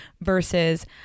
versus